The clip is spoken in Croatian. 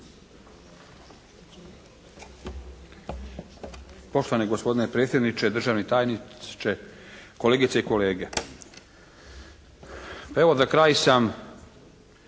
Poštovani gospodine predsjedniče, državni tajniče, kolegice i kolege. Pa evo za kraj sam